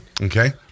Okay